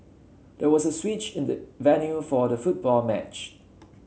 there was a switch in the venue for the football match